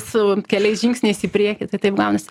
su keliais žingsniais į priekį tai taip gaunasi